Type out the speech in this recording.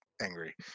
angry